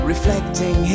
Reflecting